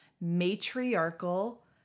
matriarchal